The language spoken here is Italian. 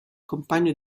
compagno